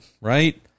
right